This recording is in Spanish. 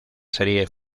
serie